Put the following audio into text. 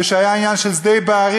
כשהיה העניין של שדה-בריר.